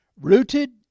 Rooted